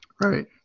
Right